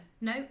no